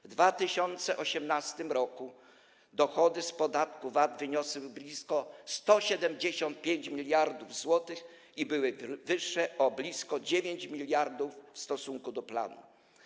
W 2018 r. dochody z podatku VAT wyniosły 175 mld zł i były wyższe o blisko 9 mld w stosunku do planu.